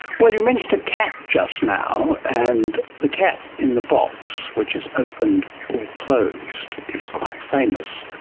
well, you mentioned a cat just now, and the cat in the box, which is opened or closed, is quite famous.